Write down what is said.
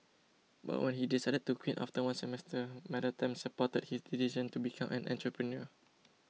but when he decided to quit after one semester Madam Tan supported his decision to become an entrepreneur